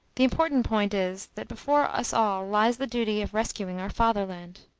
the important point is, that before us all lies the duty of rescuing our fatherland.